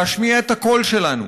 להשמיע את הקול שלנו,